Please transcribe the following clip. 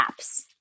apps